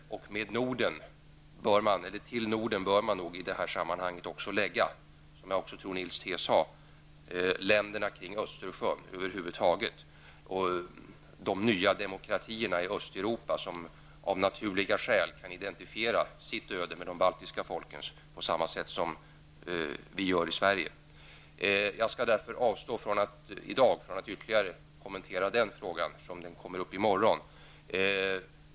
Till Norden bör man i detta sammanhang också lägga, vilket jag också tror Nils T Svensson sade, länderna kring Östersjön över huvud taget och de nya demokratierna i Östeuropa, som av naturliga skäl liksom vi i Sverige kan identifiera sitt öde med de baltiska folkens. Jag skall avstå från att i dag ytterligare kommentera denna fråga eftersom den kommer att tas upp i morgon.